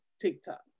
TikTok